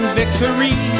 victory